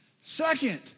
Second